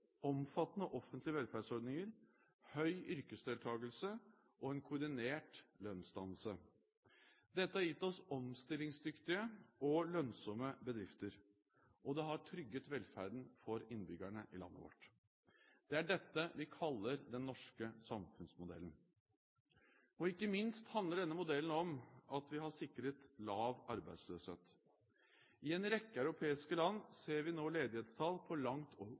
omfattende offentlige velferdsordninger, høy yrkesdeltakelse og koordinert lønnsdannelse. Dette har gitt oss omstillingsdyktige og lønnsomme bedrifter, og det har trygget velferden for innbyggerne i landet vårt. Det er dette vi kaller den norske samfunnsmodellen. Ikke minst handler denne modellen om at vi har sikret lav arbeidsløshet. I en rekke europeiske land ser vi nå ledighetstall på langt